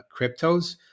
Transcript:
cryptos